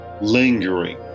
lingering